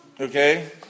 okay